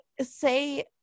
say